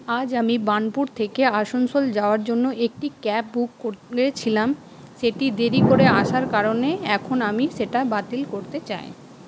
আজ আমি বার্নপুর থেকে আসানসোল যাওয়ার জন্য একটি ক্যাব বুক করেছিলাম সেটি দেরি করে আসার কারনে এখন আমি সেটা বাতিল করতে চাই